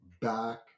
back